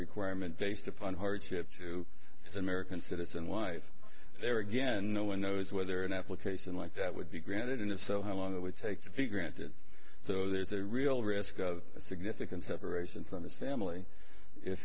requirement based upon hardship to american citizen wife there again no one knows whether an application like that would be granted and if so how long that would take to be granted so there's a real risk of significant separation from this family if